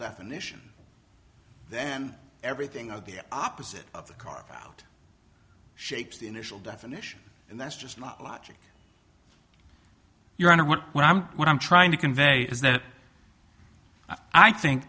definition then everything of the opposite of the carve out shapes the initial definition and that's just not logic your honor what what i'm what i'm trying to convey is that i think